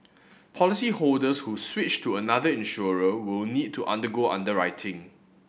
policyholders who switch to another insurer will need to undergo underwriting